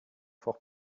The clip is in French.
fort